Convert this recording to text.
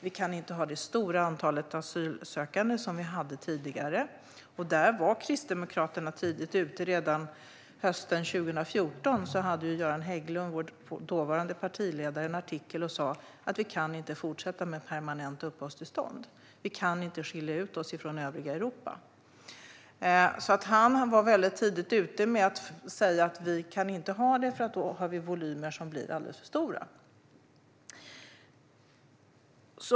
Vi kan inte ha det stora antal asylsökande som vi hade tidigare. Där var Kristdemokraterna tidigt ute. Redan hösten 2014 hade vår dåvarande partiledare Göran Hägglund en artikel inne där han sa att vi inte kan fortsätta med permanenta uppehållstillstånd, för vi kan inte skilja ut oss från övriga Europa. Han var alltså tidigt ute med att säga att vi inte kan ha det på detta sätt, för då får vi volymer som blir alldeles för stora.